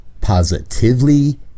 positively